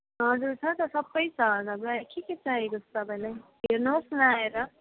हजुर छ त सबै छ नभए के के चाहिएको छ तपाईँलाई हेर्नुहोस् न आएर